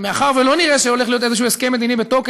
שמאחר שלא נראה שהולך להיות איזשהו הסכם מדיני בתוקף,